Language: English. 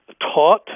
taught